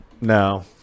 no